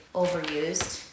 overused